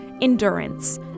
Endurance